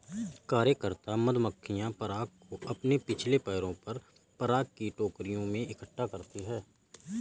कार्यकर्ता मधुमक्खियां पराग को अपने पिछले पैरों पर पराग की टोकरियों में इकट्ठा करती हैं